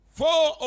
four